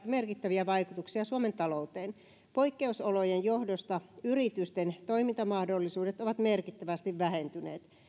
merkittäviä vaikutuksia suomen talouteen poikkeusolojen johdosta yritysten toimintamahdollisuudet ovat merkittävästi vähentyneet